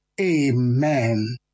Amen